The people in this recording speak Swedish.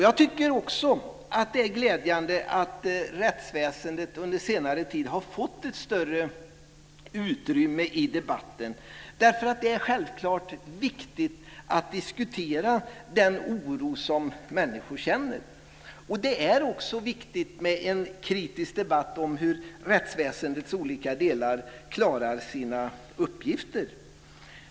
Jag tycker också att det är glädjande att rättsväsendet under senare tid har fått ett större utrymme i debatten. Det är självklart viktigt att diskutera den oro som människor känner. Och det är också viktigt med en kritisk debatt om hur rättsväsendets olika delar klarar sina uppgifter.